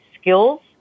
skills